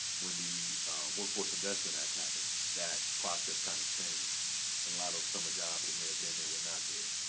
when the workforce investment act happened that process kind of changed and a lot of summer jobs that may have been there were not there,